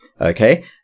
Okay